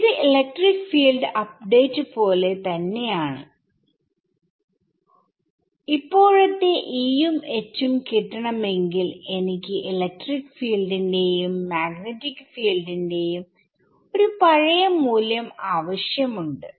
ഇത് electric field update പോലെ തന്നെയാണ് ഇപ്പോഴത്തെ E യും H ഉം കിട്ടണമെങ്കിൽ എനിക്ക് ഇലക്ട്രിക് ഫീൽഡിന്റെയും മാഗ്നെറ്റിക് ഫീൽഡിന്റെയും ഒരു പഴയ മൂല്യം ആവശ്യമുണ്ട്